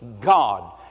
God